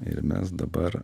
ir mes dabar